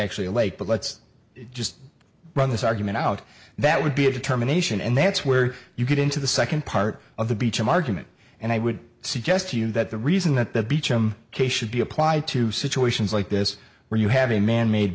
actually a lake but let's just run this argument out that would be a determination and that's where you get into the second part of the beecham argument and i would suggest to you that the reason that the beach m k should be applied to situations like this where you have a manmade